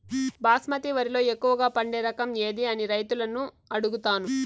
బాస్మతి వరిలో ఎక్కువగా పండే రకం ఏది అని రైతులను అడుగుతాను?